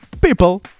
people